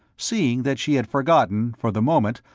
seeing that she had forgotten, for the moment,